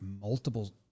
multiple